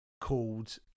called